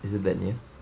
is it that near